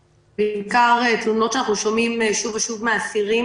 בעיקר תלונות שאנחנו שומעים שוב ושוב מאסירים